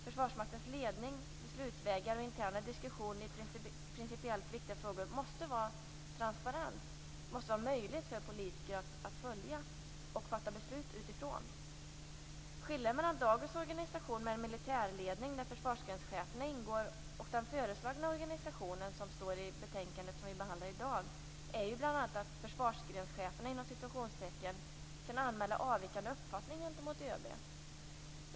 Försvarsmaktens ledning, beslutsvägar och interna diskussion i principiellt viktiga frågor måste vara transparent. Det måste vara möjligt för politiker att följa och fatta beslut utifrån dessa. Skillnaden mellan dagens organisation med en militärledning där försvarsgrenscheferna ingår och den föreslagna organisationen - som behandlas i dagens betänkande - är bl.a. att "försvarsgrenscheferna" kan anmäla avvikande uppfattning gentemot ÖB.